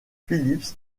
phillips